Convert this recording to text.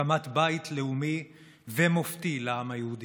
הקמת בית לאומי ומופתי לעם היהודי.